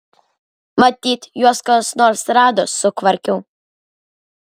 matyt juos kas nors rado sukvarkiau